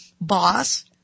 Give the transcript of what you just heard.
boss